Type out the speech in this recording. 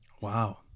wow